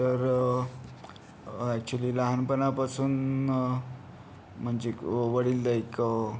तर ॲचुली लहानपणापासून म्हणजे वडील एक